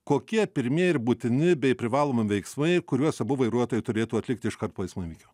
kokie pirmieji ir būtini bei privalomi veiksmai kuriuos abu vairuotojai turėtų atlikti iškart po eismo įvykio